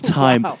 time